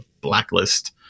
Blacklist